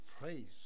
Praise